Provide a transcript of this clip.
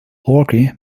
orgy